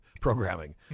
programming